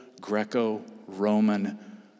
Greco-Roman